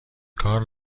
خودکار